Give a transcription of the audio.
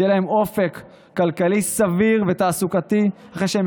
שיהיה להם אופק כלכלי סביר ותעסוקתי אחרי שהם